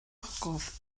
ogof